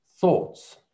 thoughts